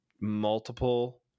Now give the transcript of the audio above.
multiple